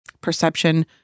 perception